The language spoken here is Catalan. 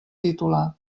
titular